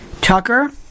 Tucker